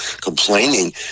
complaining